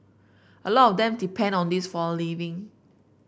a lot of them depend on this for a living